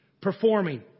performing